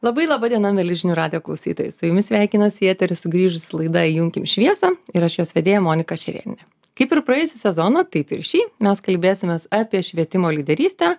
labai laba diena mieli žinių radijo klausytojai su jumis sveikinasi į eterį sugrįžusi laida įjunkim šviesą ir aš jos vedėja monika šerėnienė kaip ir praėjusį sezoną taip ir šį mes kalbėsimės apie švietimo lyderystę